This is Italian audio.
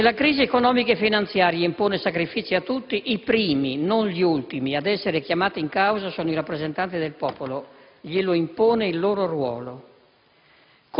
Se la crisi economica e finanziaria impone sacrifici a tutti, i primi, non gli ultimi, ad essere chiamati in causa sono i rappresentanti del popolo. Glielo impone il loro ruolo.